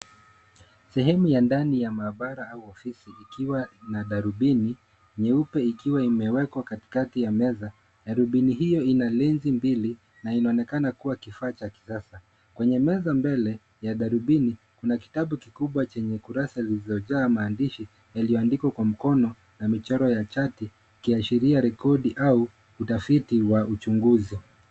Sehemu ya ndani ya maabara au ofisi ikiwa na darubini nyeupe ikiwa imewekwa kati kati ya meza. Darubini hio ina lense mbili na inaonekana kuwa kifaa cha kisasa. Kwenye meza mbele ya darubini kuna kitabu kikubwa chenye kurasa zilizojaa maandishi yaliyoandikwa kwa mkono na michoro ya chart ikiashiria rekodi au utafiti wa uchunguzi.